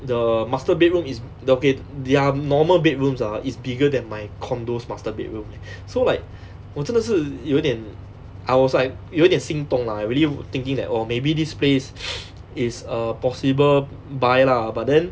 the master bedroom is okay their normal bedrooms ah is bigger than my condominium master bedroom so like 我真的是有一点 I was like 有一点心动 lah I really thinking that oh maybe this place is a possible buy lah but then